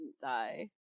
die